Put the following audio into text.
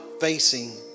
facing